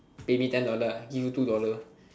pay me ten dollar I give you two dollar